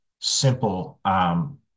simple